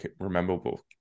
rememberable